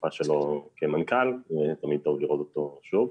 מהתקופה שלו כמנכ"ל, תמיד טוב לראות אותו שוב.